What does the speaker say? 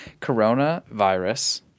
coronavirus